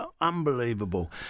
Unbelievable